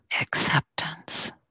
acceptance